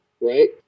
right